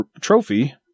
trophy